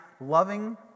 loving